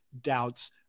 doubts